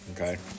Okay